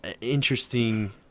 interesting